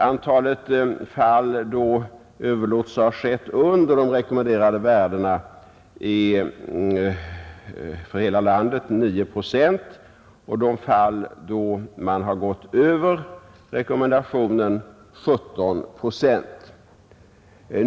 Antalet fall då överlåtelse har skett under de rekommenderade värdena uppgår för hela landet till 9 procent, och de fall då man överskridit det rekommenderade värdet till 17 procent.